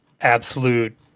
absolute